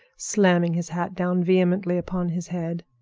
slamming his hat down vehemently upon his head.